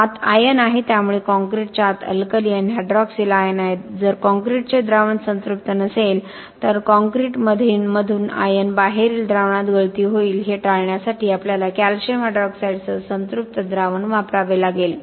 आत आयन आहे त्यामुळे कॉंक्रिटच्या आत अल्कली आणि हायड्रॉक्सिल आयन आहेत जर कॉंक्रिटचे द्रावण संतृप्त नसेल तर कॉंक्रिटमधून आयन बाहेरील द्रावणात गळती होईल हे टाळण्यासाठी आपल्याला कॅल्शियम हायड्रॉक्साईडसह संतृप्त द्रावण वापरावे लागेल